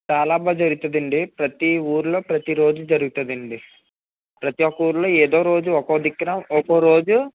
చాలా బాగా జరుగుతుందండి ప్రతీ ఊరులో ప్రతీ రోజూ జరుగుతుందండి ప్రతీ ఒక్క ఊరులో ఏదొ రోజు ఒక్కో దిక్కున ఒక్కో రోజు